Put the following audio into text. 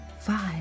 Five